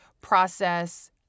process